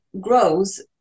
grows